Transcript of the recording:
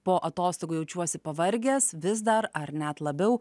po atostogų jaučiuosi pavargęs vis dar ar net labiau